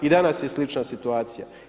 I danas je slična situacija.